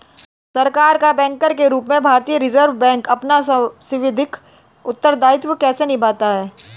सरकार का बैंकर के रूप में भारतीय रिज़र्व बैंक अपना सांविधिक उत्तरदायित्व कैसे निभाता है?